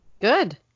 Good